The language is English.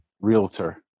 realtor